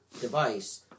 device